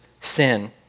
sin